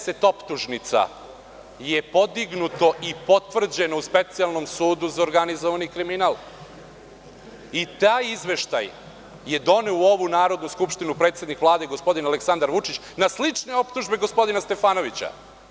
Sto pedeset optužnica je podignuto i potvrđeno u Specijalnom sudu za organizovani kriminal i taj izveštaj je doneo u ovu Narodnu skupštinu predsednik Vlade, gospodin Aleksandar Vučić, na slične optužbe gospodina Stefanovića.